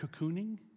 cocooning